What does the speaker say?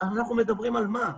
אבל מה יקרה אם היא לא תפעל?